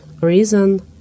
reason